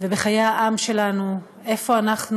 ובחיי העם שלנו: איפה אנחנו